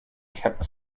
kept